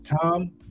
tom